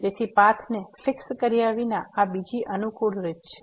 તેથી પાથને ફીક્ષ કર્યા વિના આ બીજી અનુકૂળ રીત છે